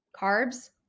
carbs